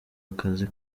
akazi